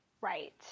Right